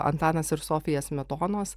antanas ir sofija smetonos